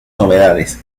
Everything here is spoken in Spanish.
novedades